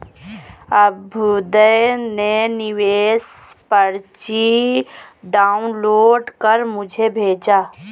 अभ्युदय ने निवेश पर्ची डाउनलोड कर मुझें भेजा